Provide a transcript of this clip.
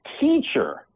teacher